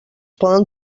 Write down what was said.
poden